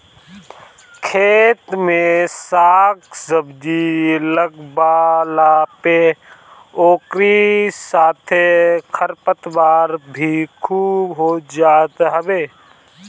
खेत में साग सब्जी लगवला पे ओकरी साथे खरपतवार भी खूब हो जात हवे